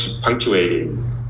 punctuating